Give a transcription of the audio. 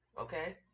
Okay